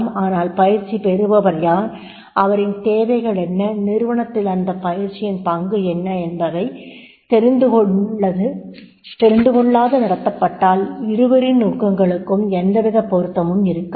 ஆனால் பயிற்சி பெறுபவர் யார் அவரின் தேவைகள் என்ன நிறுவனத்தில் அந்தப் பயிற்சியின் பங்கு என்ன என்பவை தெரிந்துகொள்ளாது நடத்தப்பட்டால் இருவரின் நோக்கங்களுக்கும் எந்தவித பொருத்தமும் இருக்காது